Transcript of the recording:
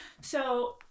So-